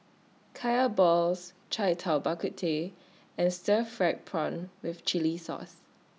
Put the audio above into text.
Kaya Balls Cai Tao Bak Kut Teh and Stir Fried Prawn with Chili Sauce